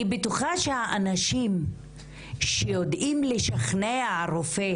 אני בטוחה שהאנשים שיודעים לשכנע רופא